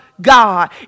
God